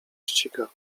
ściga